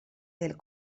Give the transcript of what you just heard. del